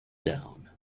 down